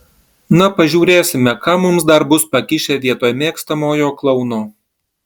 na pažiūrėsime ką mums dar bus pakišę vietoj mėgstamojo klouno